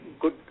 good